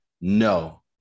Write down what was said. No